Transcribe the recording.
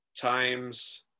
times